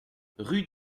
rue